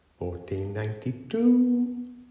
1492